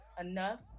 enough